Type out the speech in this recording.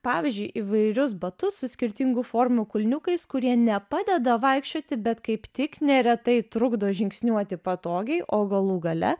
pavyzdžiui įvairius batus su skirtingų formų kulniukais kurie ne padeda vaikščioti bet kaip tik neretai trukdo žingsniuoti patogiai o galų gale